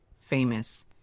famous